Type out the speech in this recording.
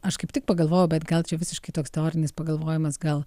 aš kaip tik pagalvojau bet gal čia visiškai toks teorinis pagalvojimas gal